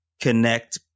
Connect